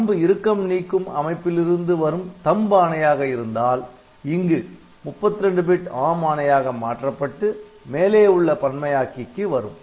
THUMB இறுக்கம் நீக்கும் அமைப்பிலிருந்து வரும் THUMB ஆணையாக இருந்தால் இங்கு 32 பிட் ARM ஆணையாக மாற்றப்பட்டு மேலே உள்ள பன்மையாக்கிக்கு வரும்